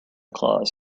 claus